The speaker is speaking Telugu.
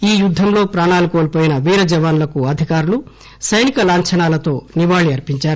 ఈ యుద్దంలో ప్రాణాలు కోల్పోయిన వీర జవాన్లకు అధికారులు సైనిక లాంఛనాలతో నివాళి అర్పించారు